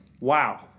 Wow